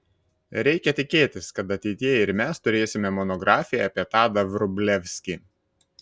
reikia tikėtis kad ateityje ir mes turėsime monografiją apie tadą vrublevskį